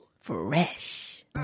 Fresh